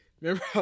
Remember